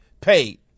paid